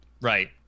Right